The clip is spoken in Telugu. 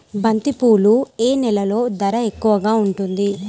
బంతిపూలు ఏ నెలలో ధర ఎక్కువగా ఉంటుంది?